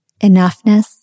enoughness